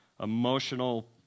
emotional